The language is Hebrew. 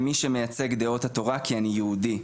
מי שמייצג דעות התורה כי אני יהודי.